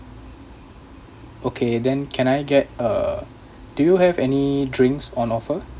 okay then can I get a do you have any drinks on offer